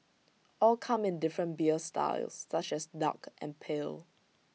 all come in different beer styles such as dark and pale